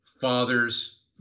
father's